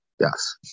Yes